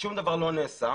שום דבר לא נעשה.